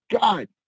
God